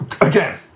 again